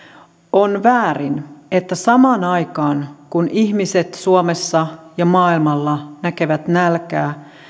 on väärin että samaan aikaan kun ihmiset suomessa ja maailmalla näkevät nälkää